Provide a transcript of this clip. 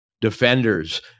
defenders